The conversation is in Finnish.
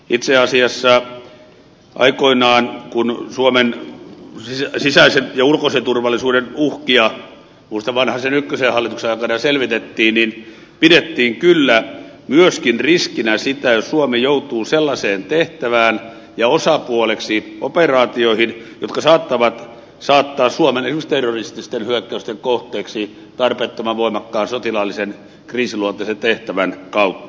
itse asiassa aikoinaan kun suomen sisäisen ja ulkoisen turvallisuuden uhkia vanhasen ykköshallituksen aikana selvitettiin pidettiin kyllä myöskin riskinä sitä jos suomi joutuu sellaiseen tehtävään ja osapuoleksi operaatioihin jotka saattavat saattaa suomen esimerkiksi terrorististen hyökkäysten kohteeksi tarpeettoman voimakkaan sotilaallisen kriisiluonteisen tehtävän kautta